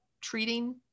treating